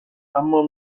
اما